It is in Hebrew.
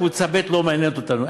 קבוצה ב' לא מעניינת אותנו.